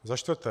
Za čtvrté.